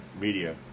media